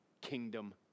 kingdom